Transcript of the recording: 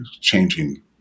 changing